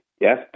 yes